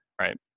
right